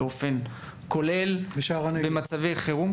באופן כולל במצבי חירום.